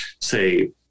say